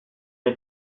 les